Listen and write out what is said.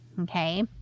okay